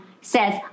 says